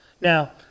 Now